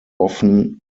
often